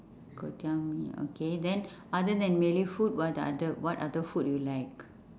kway-teow mee okay then other than malay food what other what other food you like